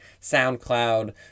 SoundCloud